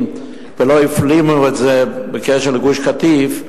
ולא הפנימו את זה בקשר לגוש-קטיף,